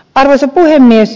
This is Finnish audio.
arvoisa puhemies